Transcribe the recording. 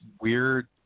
weird